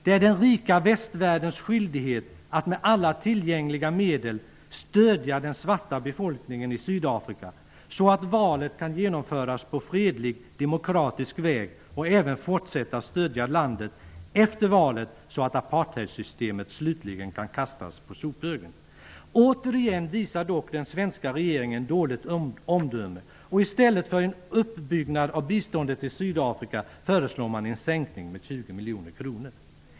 Det är den rika västvärldens skyldighet att med alla tillgängliga medel stödja den svarta befolkningen i Sydafrika, så att valet kan genomföras på fredlig, demokratisk väg, och även fortsätta att stödja landet efter valet så att apartheidsystemet slutligen kan kastas på sophögen. Återigen visar dock den svenska regeringen dåligt omdöme, och i stället för en uppbyggnad av biståndet till Sydafrika föreslår man en sänkning med 20 miljoner kronor.